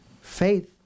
faith